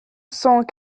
cent